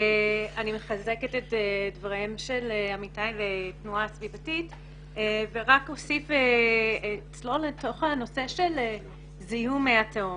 אני מחזקת את דבריהם של עמיתיי ורק אצלול לתוך הנושא של זיהום מי התהום.